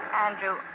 Andrew